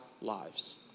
lives